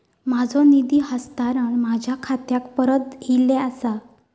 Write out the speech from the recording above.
माझो निधी हस्तांतरण माझ्या खात्याक परत इले आसा